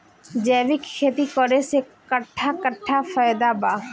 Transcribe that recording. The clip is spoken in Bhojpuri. जैविक खेती करे से कट्ठा कट्ठा फायदा बा?